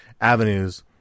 avenues